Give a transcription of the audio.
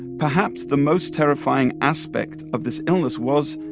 perhaps the most terrifying aspect of this illness was,